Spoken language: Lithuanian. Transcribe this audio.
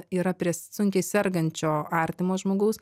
yra prie sunkiai sergančio artimo žmogaus